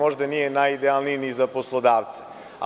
Možda nije najidealniji ni za poslodavce.